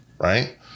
right